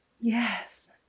Yes